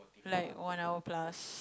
like one hour plus